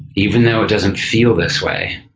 even though it doesn't feel this way,